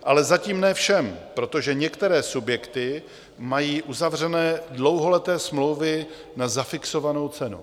Ale zatím ne všem, protože některé subjekty mají uzavřené dlouholeté smlouvy na zafixovanou cenu.